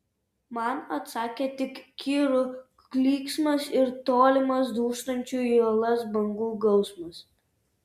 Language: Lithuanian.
man atsakė tik kirų klyksmas ir tolimas dūžtančių į uolas bangų gausmas